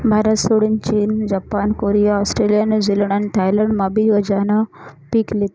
भारतसोडीन चीन, Japan, Korea, Australia, New Zealand आणि थायलंडमाबी गांजानं पीक लेतस